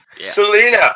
Selena